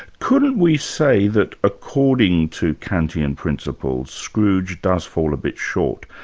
couldn't we say that according to kantian principles, scrooge does fall a bit short?